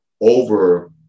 over